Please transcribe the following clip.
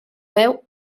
veu